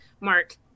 mark